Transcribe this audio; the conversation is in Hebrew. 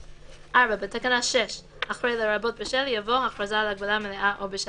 (4) בתקנה 6 אחרי "לרבות בשל" יבוא "הכרזה על הגבלה מלאה או בשל".